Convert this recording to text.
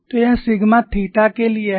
तो यह sigma theta के लिए है